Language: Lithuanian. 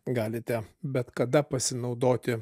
galite bet kada pasinaudoti